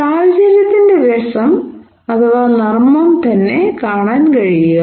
സാഹചര്യത്തിന്റെ രസം അഥവാ നർമ്മം കാണാൻ കഴിയുക